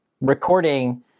recording